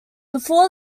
before